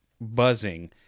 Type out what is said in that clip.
buzzing